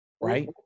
Right